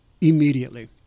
immediately